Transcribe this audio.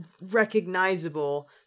recognizable